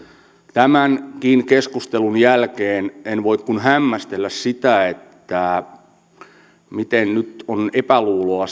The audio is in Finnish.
tämänkin keskustelun jälkeen en voi kuin hämmästellä sitä miten nyt on epäluuloa